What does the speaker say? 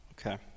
Okay